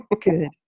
Good